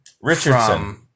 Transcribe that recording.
Richardson